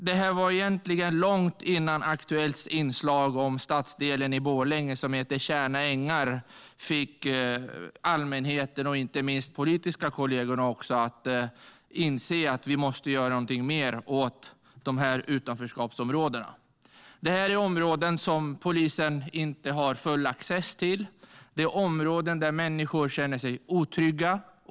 Detta skedde långt innan det att Aktuellts inslag om stadsdelen i Borlänge, Tjärna ängar, fick allmänheten och inte minst våra politiska kollegor att inse att vi måste göra mer åt dessa utanförskapsområden. Detta är områden som polisen inte har full access till. Det är områden där människor känner sig otrygga.